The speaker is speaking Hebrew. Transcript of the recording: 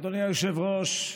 אדוני היושב-ראש,